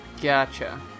Gotcha